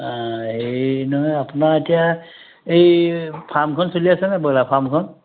অঁ হেৰি নহয় আপোনাৰ এতিয়া এই ফাৰ্মখন চলি আছেনে ব্ৰইলাৰ ফাৰ্মখন